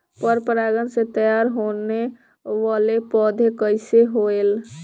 पर परागण से तेयार होने वले पौधे कइसे होएल?